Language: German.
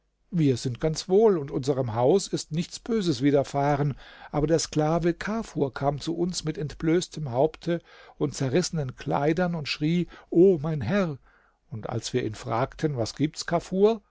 wir sind ganz wohl und unserem haus ist nichts böses widerfahren aber der sklave kafur kam zu uns mit entblößtem haupte und zerrissenen kleidern und schrie o mein herr und als wir ihn fragten was gibt's kafur